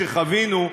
שחווינו,